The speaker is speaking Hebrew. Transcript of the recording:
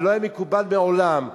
ולא היה מקובל מעולם,